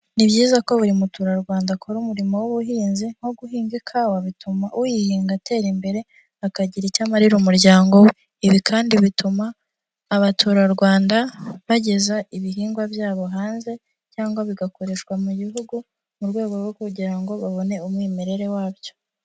Ni byiza ko buri muturarwanda akora umurimo w'ubuhinzi nko guhinga ikawa bituma uyihinga atera imbere akagira icyo amarira umuryango we, ibi kandi bituma abaturarwanda bageza ibihingwa byabo hanze cyangwa bigakoreshwa mu gihugu mu rwego rwo kugira ngo babone umwimerere wabyo.